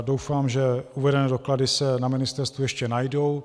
Doufám, že uvedené doklady se na ministerstvu ještě najdou.